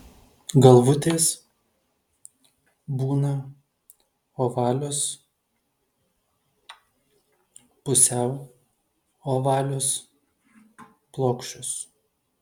galvutės būna ovalios pusiau ovalios plokščios